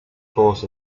thought